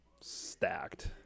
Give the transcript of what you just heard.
stacked